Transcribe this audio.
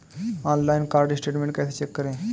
Online card statement कैसे check करें?